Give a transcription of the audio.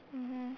mmhmm